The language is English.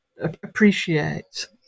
appreciate